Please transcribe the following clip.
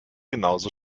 genauso